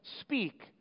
Speak